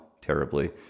terribly